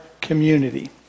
community